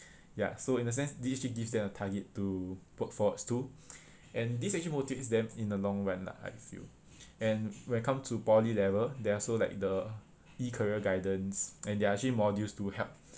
ya so in a sense this actually gives them a target to work forwards to and this actually motivates them in the long run lah I feel and when come to poly level there are also like the e career guidance and there are actually modules to help